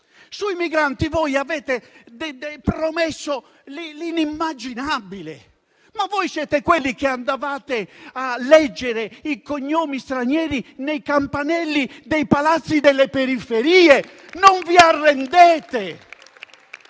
Sui migranti avete promesso l'inimmaginabile. Voi siete quelli che andavate a leggere i cognomi stranieri sui campanelli dei palazzi delle periferie. Non vi arrendete.